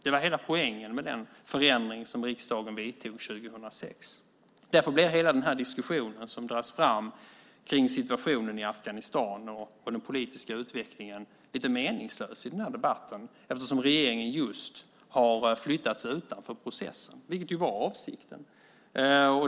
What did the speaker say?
Det var hela poängen med den förändring som riksdagen vidtog 2006. Därför blir hela diskussionen om situationen i Afghanistan och den politiska utvecklingen lite meningslös. Regeringen har ju flyttats utanför processen, vilket också var avsikten.